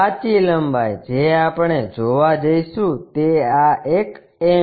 સાચી લંબાઈ જે આપણે જોવા જઈશું તે આ એક m છે